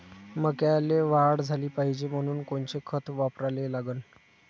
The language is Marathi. मक्याले वाढ झाली पाहिजे म्हनून कोनचे खतं वापराले लागन?